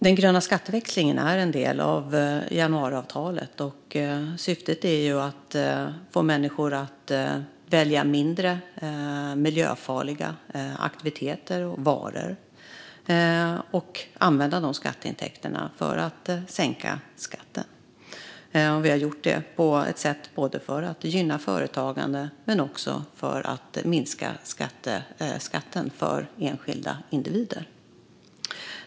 Den gröna skatteväxlingen är en del av januariavtalet, och syftet är att få människor att välja mindre miljöfarliga aktiviteter och varor och att sedan använda dessa skatteintäkter till att sänka skatten. Vi har gjort det på ett sätt som både gynnar företagare och minskar skatten för enskilda individer.